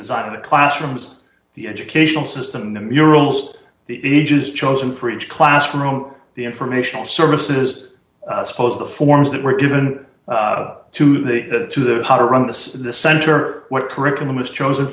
design of the classrooms the educational system the murals the ages chosen for each classroom the informational services supposed the forms that were given to the to the how to run to the center what curriculum was chosen